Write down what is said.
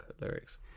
lyrics